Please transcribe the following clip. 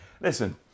Listen